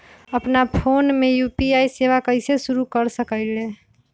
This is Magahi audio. अपना फ़ोन मे यू.पी.आई सेवा कईसे शुरू कर सकीले?